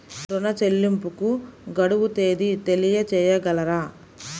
ఋణ చెల్లింపుకు గడువు తేదీ తెలియచేయగలరా?